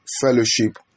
fellowship